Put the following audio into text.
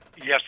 Yes